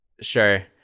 sure